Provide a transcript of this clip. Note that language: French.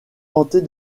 tenter